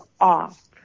off